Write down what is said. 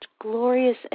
glorious